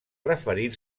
referir